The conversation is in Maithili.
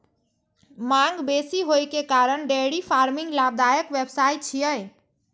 मांग बेसी होइ के कारण डेयरी फार्मिंग लाभदायक व्यवसाय छियै